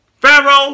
Pharaoh